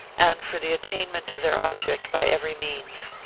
and for the attain ment of their object by every means.